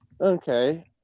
Okay